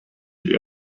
die